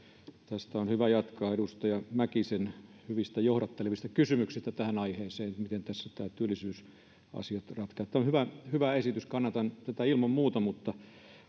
on hyvä jatkaa näistä edustaja mäkisen hyvistä johdattelevista kysymyksistä tähän aiheeseen miten tässä nämä työllisyysasiat ratkaistaan tämä on hyvä hyvä esitys kannatan tätä ilman muuta mutta